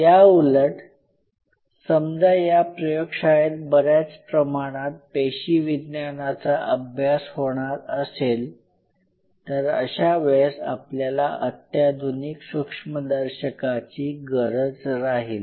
याउलट समजा या प्रयोगशाळेत बऱ्याच प्रमाणात पेशीविज्ञानाचा अभ्यास होणार असेल तर अशा वेळेस आपल्याला अत्याधुनिक सूक्ष्मदर्शकाची गरज राहील